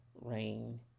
rain